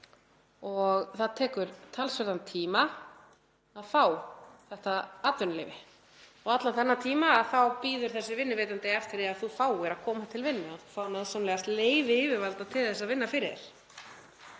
Það tekur talsverðan tíma að fá þetta atvinnuleyfi og allan þennan tíma bíður þessi vinnuveitandi eftir því að þú fáir að koma til vinnu, fáir náðarsamlegast leyfi yfirvalda til að vinna fyrir þér.